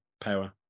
power